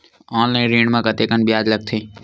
Online ऋण म कतेकन ब्याज लगथे?